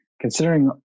Considering